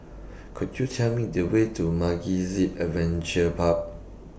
Could YOU Tell Me The Way to MegaZip Adventure Park